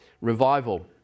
revival